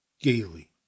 gaily